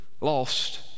lost